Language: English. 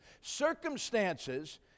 Circumstances